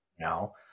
now